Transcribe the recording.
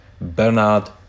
Bernard